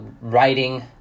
writing